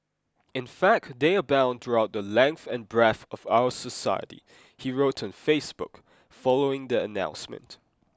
in fact they abound throughout the length and breadth of our society he wrote on Facebook following the announcement